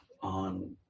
on